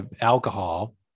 alcohol